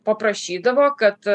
paprašydavo kad